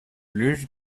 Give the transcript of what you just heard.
please